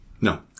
No